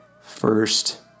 first